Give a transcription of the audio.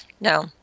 No